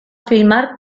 filmar